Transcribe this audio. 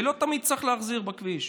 לא תמיד צריך להחזיר בכביש.